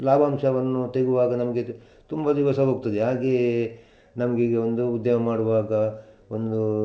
ಲಾಭಾಂಶವನ್ನು ತೆಗುವಾಗ ನಮಗೆ ತ್ ತುಂಬಾ ದಿವಸ ಹೋಗ್ತದೆ ಹಾಗೆಯೇ ನಮ್ಗೀಗೆ ಒಂದು ಉದ್ಯೋಗ ಮಾಡುವಾಗ ಒಂದು